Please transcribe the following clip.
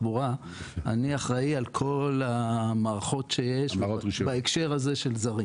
אני אחראי על כל המערכות שיש בהקשר הזה של זרים